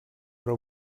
però